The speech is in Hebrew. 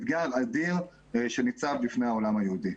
זה אתגר אדיר שנמצא בפני העולם היהודי.